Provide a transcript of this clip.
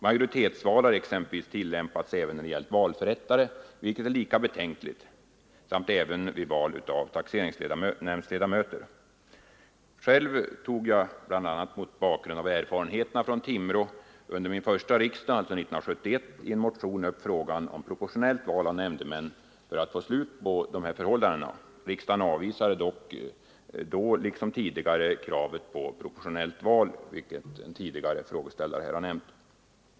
Majoritetsval har exempelvis tillämpats även när det gällt valförrättare, vilket är lika betänkligt, samt vid val av taxeringsnämndsledamöter. Själv tog jag, bl.a. mot bakgrund av erfarenheterna från Timrå, vid min första riksdag år 1971 i en motion upp frågan om proportionellt val av nämndemän för att få slut på dessa förhållanden. Riksdagen avvisade dock då, liksom tidigare, kravet på proportionellt val av nämndemän.